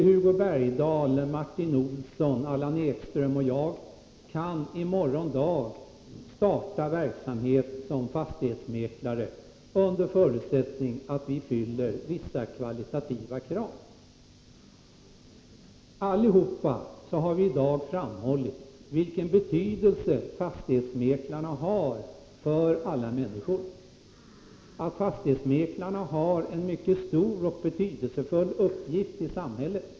Hugo Bergdahl, Martin Olsson, Allan Ekström och jag kan i morgon dag starta verksamhet som fastighetsmäklare, under förutsättning att vi fyller vissa kvalitetskrav. Allihop har vi i dag framhållit vilken betydelse fastighetsmäklarna har för alla människor, att fastighetsmäklarna har en mycket stor och betydelsefull uppgift i samhället.